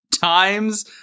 times